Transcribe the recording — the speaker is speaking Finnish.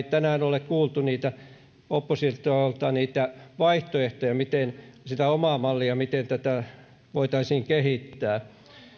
tänään ole kuultu oppositiolta niitä vaihtoehtoja sitä omaa mallia miten tätä voitaisiin kehittää